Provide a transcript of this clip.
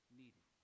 needed